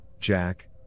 Jack